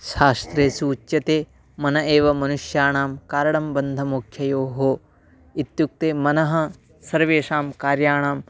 शास्त्रेसु उच्यते मन एव मनुष्याणां कारणं बन्धमोक्षयोः इत्युक्ते मनः सर्वेषां कार्याणाम्